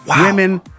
women